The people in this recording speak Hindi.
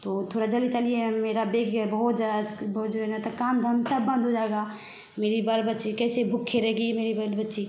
तो थोड़ा जल्दी चलिए हम मेरा बैग है बहुत ज़्यादा बहुत ज़रूरत है काम धाम सब बंद हो जाएगा मेरे बाल बच्चे कैसे भूके रह गई मेरे बाल बच्चे